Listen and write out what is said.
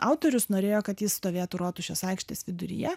autorius norėjo kad jis stovėtų rotušės aikštės viduryje